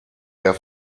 der